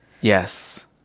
Yes